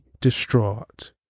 distraught